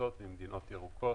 בקבוצות ממדינות ירוקות.